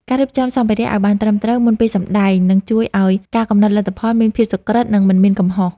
ការរៀបចំសម្ភារៈឱ្យបានត្រឹមត្រូវមុនពេលសម្តែងនឹងជួយឱ្យការកំណត់លទ្ធផលមានភាពសុក្រឹត និង មិនមានកំហុស។